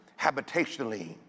habitationally